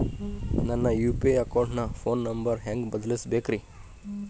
ನನ್ನ ಯು.ಪಿ.ಐ ಅಕೌಂಟಿನ phone number ಹೆಂಗ್ ಬದಲಾಯಿಸ ಬೇಕ್ರಿ?